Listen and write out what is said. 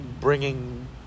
bringing